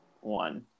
one